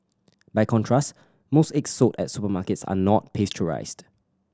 by contrast most eggs sold at supermarkets are not pasteurised